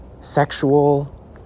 Sexual